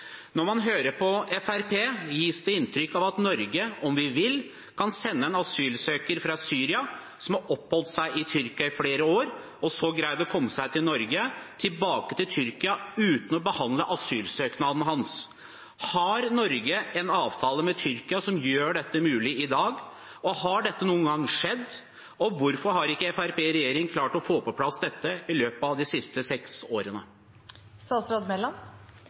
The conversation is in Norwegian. Når man hører på Fremskrittspartiet, gis det inntrykk av at Norge, om vi vil, kan sende en asylsøker fra Syria som har oppholdt seg i Tyrkia i flere år og så greid å komme seg til Norge, tilbake til Tyrkia uten å behandle asylsøknaden hans. Har Norge en avtale med Tyrkia som gjør dette mulig i dag, og har dette noen gang skjedd? Hvorfor har ikke Fremskrittspartiet i regjering klart å få på plass dette i løpet av de siste seks årene?